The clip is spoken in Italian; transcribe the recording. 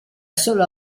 solo